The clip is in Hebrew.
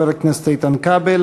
חבר הכנסת איתן כבל,